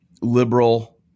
liberal